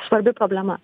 svarbi problema